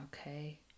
Okay